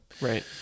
right